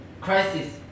crisis